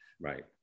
right